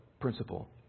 Principle